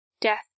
Death